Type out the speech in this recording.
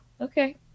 okay